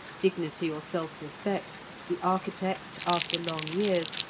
dignity, or self-respect the architect, after long years,